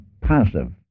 passive